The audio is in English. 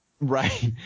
right